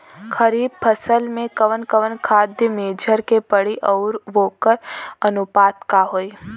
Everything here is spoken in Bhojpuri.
खरीफ फसल में कवन कवन खाद्य मेझर के पड़ी अउर वोकर अनुपात का होई?